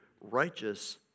righteous